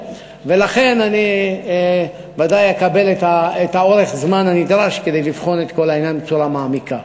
לכן ודאי אקבל את אורך הזמן הנדרש כדי לבחון את כל העניין בצורה מעמיקה.